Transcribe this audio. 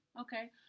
Okay